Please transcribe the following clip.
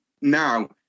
now